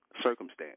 circumstance